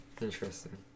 Interesting